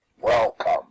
Welcome